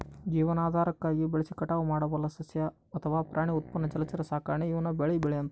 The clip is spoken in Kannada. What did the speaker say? ಜೀವನಾಧಾರಕ್ಕಾಗಿ ಬೆಳೆಸಿ ಕಟಾವು ಮಾಡಬಲ್ಲ ಸಸ್ಯ ಅಥವಾ ಪ್ರಾಣಿ ಉತ್ಪನ್ನ ಜಲಚರ ಸಾಕಾಣೆ ಈವ್ನ ಬೆಳೆ ಅಂತಾರ